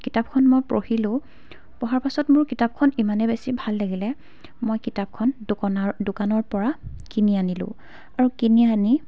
কিতাপখন মই পঢ়িলোঁ পঢ়াৰ পিছত মোৰ কিতাপখন ইমানেই বেছি ভাল লাগিলে মই কিতাপখন দোকনৰ দোকানৰ পৰা কিনি আনিলোঁ আৰু কিনি আনি